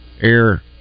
Air